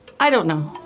i don't know.